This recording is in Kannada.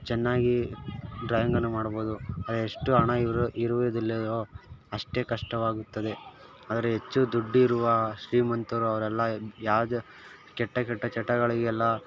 ಚೆನ್ನಾಗಿ ಡ್ರಾಯಿಂಗನ್ನು ಮಾಡ್ಬೋದು ಎಷ್ಟು ಹಣ ಇರು ಇರುವುದಿಲ್ಲವೊ ಅಷ್ಟೇ ಕಷ್ಟವಾಗುತ್ತದೆ ಆದರೆ ಹೆಚ್ಚು ದುಡ್ಡಿರುವ ಶ್ರೀಮಂತರು ಅವರೆಲ್ಲ ಯಾವ್ದೋ ಕೆಟ್ಟ ಕೆಟ್ಟ ಚಟಗಳಿಗೆಲ್ಲ